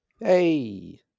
Hey